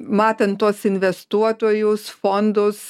matant tuos investuotojus fondus